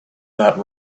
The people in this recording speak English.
that